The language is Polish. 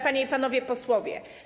Panie i Panowie Posłowie!